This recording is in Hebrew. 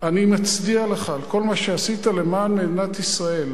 אני מצדיע לך על כל מה שעשית למען מדינת ישראל,